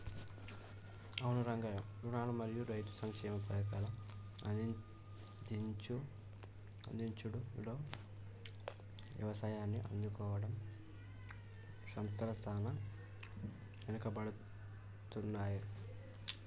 అవును రంగయ్య రుణాలు మరియు రైతు సంక్షేమ పథకాల అందించుడులో యవసాయాన్ని ఆదుకోవడంలో సంస్థల సాన ఎనుకబడుతున్నాయి